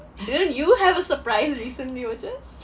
didn't you have a surprise recently or just